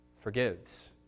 Forgives